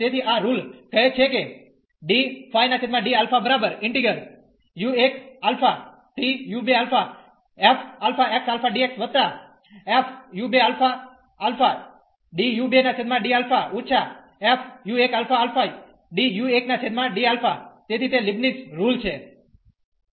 તેથી આ રુલકહે છે કે તેથી તે લિબિટ્ઝ રુલછે